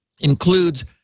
includes